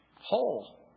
whole